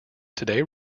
today